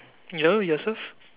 your yourself